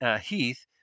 Heath